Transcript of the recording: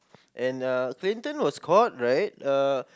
and uh Clinton was caught right uh